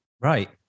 Right